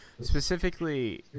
Specifically